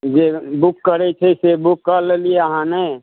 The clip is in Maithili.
जे बुक करै छै से बुक कऽ लेलियै अहाँ ने